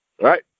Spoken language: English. Right